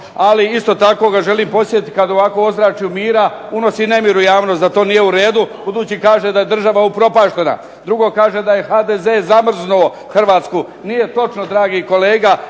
ali isto tako ga želim podsjetiti kad ovako u ozračju mira unosi nemir u javnost, da to nije u redu budući kaže da je država upropaštena. Drugo kaže da je HDZ zamrznuo Hrvatsku, nije točno dragi kolega.